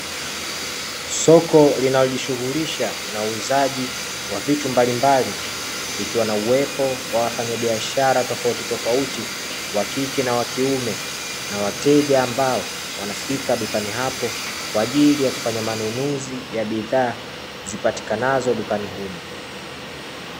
Soko linalojishughulisha na uuzaji wa vitu mbalimbali likiwa na uwepo wa wafanya biashara tofauti tofauti wakike na wa kiume na wateja ambao wanafika dukani hapo kwa ajili ya kufanya manunuzi ya bidhaa zipatikanazo dukani humo.